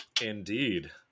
Indeed